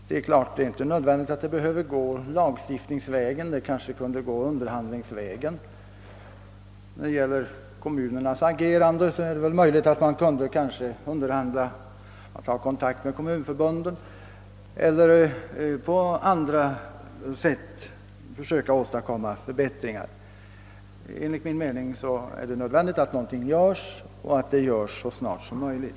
Det är klart att det inte nödvändigtvis behöver gå lagstiftningsvägen; det kanske kunde gå förhandlingsvägen. När det gäller kommunernas agerande är det möjligt att man skulle kunna ta kontakt med kommunförbunden eller på andra sätt försöka åstadkomma förbättringar. Enligt min mening är det nödvändigt att någonting görs så snart som möjligt.